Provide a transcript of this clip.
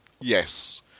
Yes